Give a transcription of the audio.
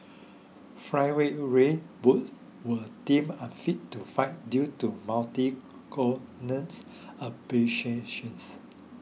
Flyweight Ray Borg was deemed unfit to fight due to corneals abrasions